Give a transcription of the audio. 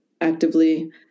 actively